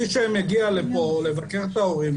מי שמגיע לפה לבקר את ההורים,